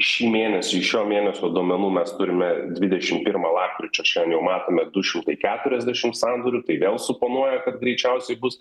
šį mėnesį šio mėnesio duomenų mes turime dvidešim pirmą lapkričio šian jau matome du šimtai keturiasdešim sandorių tai vėl suponuoja kad greičiausiai bus